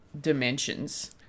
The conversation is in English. dimensions